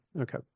Okay